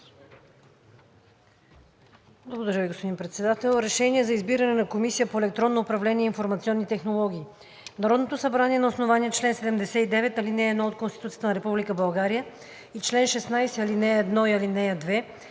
Благодаря Ви, господин Председател. „Проект! РЕШЕНИЕ за избиране на Комисия по електронно управление и информационни технологии Народното събрание на основание чл. 79, ал. 1 от Конституцията на Република България и чл. 16, ал. 1 и ал. 2,